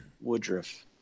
Woodruff